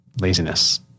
laziness